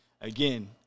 again